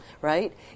right